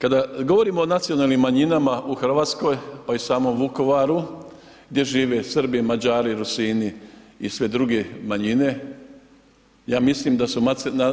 Kada govorimo o nacionalnim manjima u Hrvatskoj pa i samom Vukovaru gdje žive Srbi, Mađari, Rusini i sve druge manjine, ja mislim da su